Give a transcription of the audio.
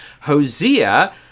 Hosea